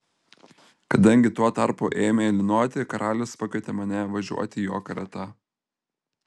kadangi tuo tarpu ėmė lynoti karalius pakvietė mane važiuoti jo karieta